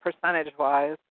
percentage-wise